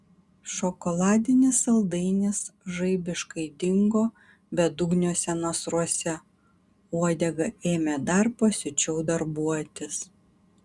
šokoladinis saldainis žaibiškai dingo bedugniuose nasruose uodega ėmė dar pasiučiau darbuotis